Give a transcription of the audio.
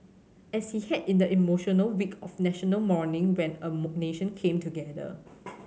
as he had in the emotional week of National Mourning when a nation came together